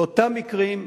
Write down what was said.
באותם מקרים,